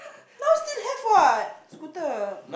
now still have what scooter